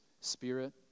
spirit